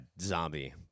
zombie